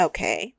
Okay